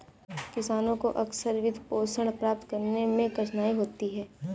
किसानों को अक्सर वित्तपोषण प्राप्त करने में कठिनाई होती है